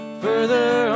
further